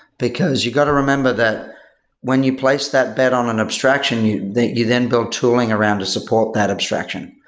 because you got to remember that when you place that bet on an abstraction, you then you then build tooling around to support that abstraction.